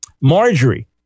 Marjorie